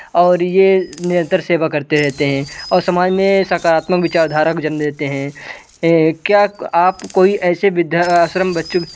और ये निरंतर सेवा करते रहते हैं और समाज में सकारात्मक विचारधारा को जन्म देते हैं क्या आप कोई ऐसे वृद्धा आश्रम बच्चों